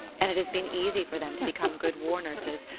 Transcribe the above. and it has been easy for them to become good war-nurses,